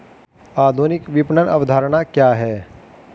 आधुनिक विपणन अवधारणा क्या है?